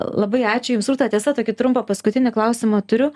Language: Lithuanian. labai ačiū jums rūta tiesa tokį trumpą paskutinį klausimą turiu